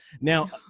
now